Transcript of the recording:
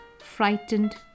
frightened